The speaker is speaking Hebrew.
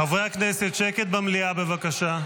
חברי הכנסת, שקט במליאה בבקשה.